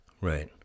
Right